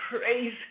praise